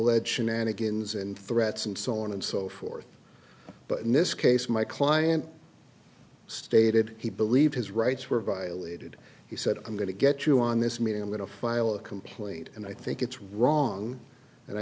alleged shenanigans and threats and so on and so forth but in this case my client stated he believed his rights were violated he said i'm going to get you on this meeting i'm going to file a complaint and i think it's wrong and i